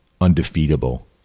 undefeatable